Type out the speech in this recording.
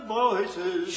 voices